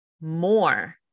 more